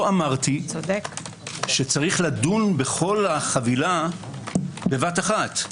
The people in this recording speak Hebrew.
לא אמרתי שצריך לדון בכל החבילה בבת אחת.